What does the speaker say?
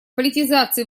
политизации